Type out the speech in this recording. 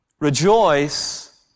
Rejoice